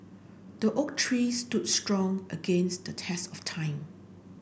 the oak tree stood strong against the test of time